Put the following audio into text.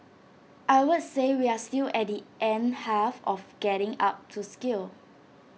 I would say we are still at the end half of getting up to scale